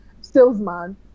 salesman